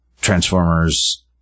Transformers